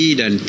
dan